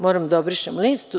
Moram da obrišem listu.